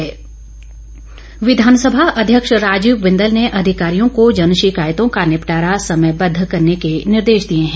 बिंदल विधानसभा अध्यक्ष राजीव बिंदल ने अधिकारियों को जन शिकायतों का निपटारा समयबद्ध करने के निर्देश दिए हैं